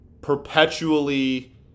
perpetually